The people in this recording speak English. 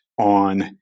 on